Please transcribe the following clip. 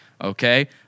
okay